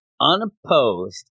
unopposed